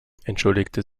entschuldigte